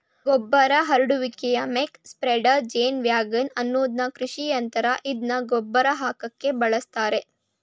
ಗೊಬ್ಬರ ಹರಡುವಿಕೆಯ muck spreader ಜೇನುವ್ಯಾಗನ್ ಅನ್ನೋದು ಕೃಷಿಯಂತ್ರ ಇದ್ನ ಗೊಬ್ರ ಹಾಕಕೆ ಬಳುಸ್ತರೆ